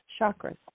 chakras